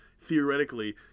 theoretically